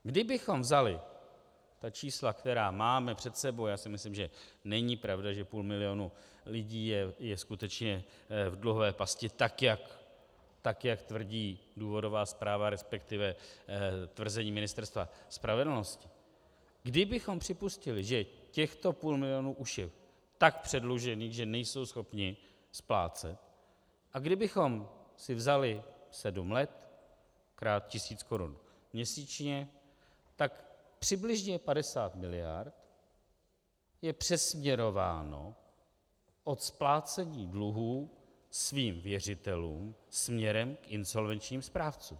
Kdybychom vzali čísla, která máme před sebou a já si myslím, že není pravda, že půl milionu lidí je skutečně v dluhové pasti, tak jak tvrdí důvodová zpráva, resp. tvrzení Ministerstva spravedlnosti , kdybychom připustili, že těchto půl milionu už je tak předlužených, že nejsou schopni splácet, a kdybychom si vzali sedm let krát tisíc korun měsíčně, tak přibližně 50 miliard je přesměrováno od splácení dluhů svým věřitelům směrem k insolvenčním správcům.